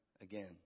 again